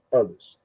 others